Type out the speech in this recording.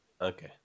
Okay